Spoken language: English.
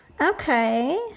Okay